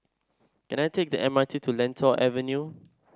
can I take the M R T to Lentor Avenue